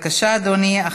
לא תאבדי אותי כל כך מהר.